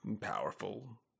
powerful